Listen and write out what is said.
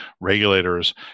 regulators